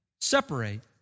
separate